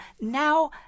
Now